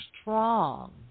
strong